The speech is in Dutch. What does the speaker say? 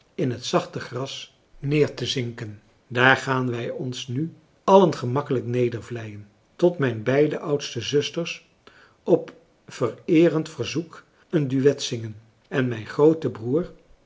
in het zachte gras neer te zinken daar gaan wij ons nu allen gemakkelijk nedervleien tot mijn beide oudste zusters op vereerend verzoek een duet zingen en mijn groote broer